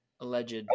Alleged